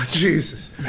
Jesus